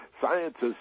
scientists